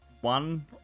one